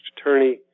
attorney